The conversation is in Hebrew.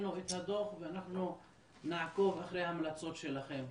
קיבלנו את הדוח ואנחנו נעקוב אחרי ההמלצות שלכם.